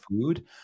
food